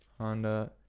Honda